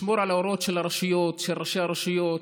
לשמור על ההוראות של הרשויות, של ראשי הרשויות,